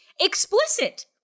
explicit